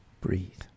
breathe